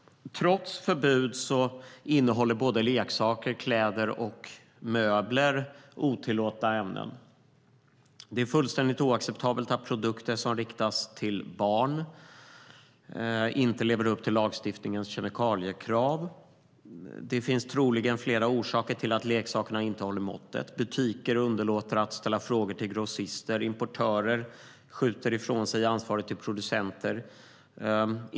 Trots förbud innehåller leksaker, kläder och möbler otillåtna ämnen. Det är fullständigt oacceptabelt att produkter som riktas till barn inte lever upp till lagstiftningens kemikaliekrav. Det finns troligen flera orsaker till att leksakerna inte håller måttet. Butiker underlåter att ställa frågor till grossister. Importörer skjuter ifrån sig ansvaret till producenter.